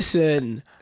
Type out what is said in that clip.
listen